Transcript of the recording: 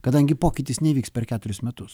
kadangi pokytis neįvyks per keturis metus